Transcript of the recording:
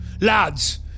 Lads